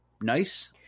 nice